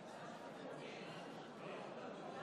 49,